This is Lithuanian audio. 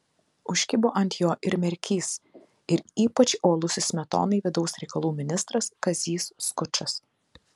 užkibo ant jo ir merkys ir ypač uolusis smetonai vidaus reikalų ministras kazys skučas